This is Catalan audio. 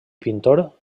pintor